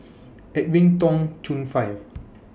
Edwin Tong Chun Fai